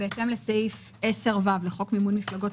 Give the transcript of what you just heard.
"בהתאם לסעיף 10(ו) לחוק מימון מפלגות,